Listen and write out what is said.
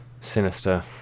Sinister